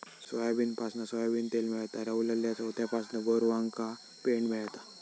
सोयाबीनपासना सोयाबीन तेल मेळता, रवलल्या चोथ्यापासना गोरवांका पेंड मेळता